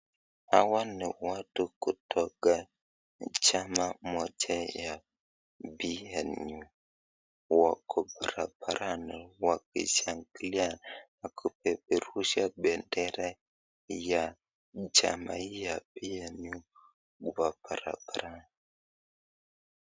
Hawa ni watu kutoka chama moja ya PNU wako barabarani kushangilia na kupeperusha bendera ya chama hii ya PNU Kwa barabarani.